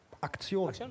Aktion